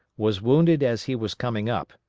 was wounded as he was coming up,